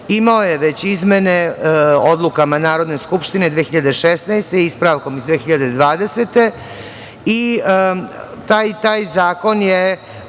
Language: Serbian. imao je već izmene odlukama Narodne skupštine 2016, ispravkom iz 2020.